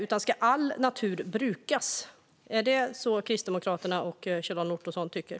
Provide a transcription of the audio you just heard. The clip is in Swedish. Ska all natur brukas? Är det så Kristdemokraterna och Kjell-Arne Ottosson tycker?